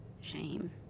shame